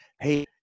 Hey